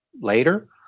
later